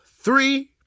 three